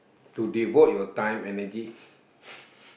to devote your time energy